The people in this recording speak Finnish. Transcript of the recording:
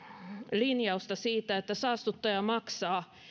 linjausta siitä että saastuttaja maksaa